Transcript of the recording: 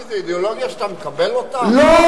כי זה אידיאולוגיה שאתה מקבל אותה?